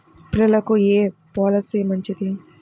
పిల్లలకు ఏ పొలసీ మంచిది?